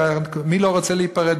מי לא רוצה להיפרד?